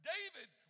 David